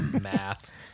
Math